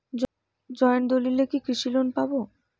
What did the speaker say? Joint দলিলে কি কৃষি লোন পাব?